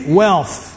wealth